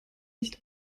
nicht